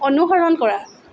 অনুসৰণ কৰা